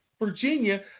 Virginia